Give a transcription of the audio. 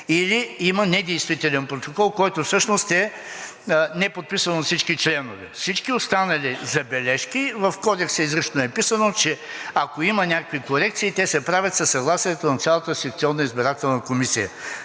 или има недействителен протокол, който всъщност е неподписан от всички членове. Всички останали забележки – в Кодекса изрично е писано, че ако има някакви корекции, те се правят със съгласието на цялата секционна избирателна комисия.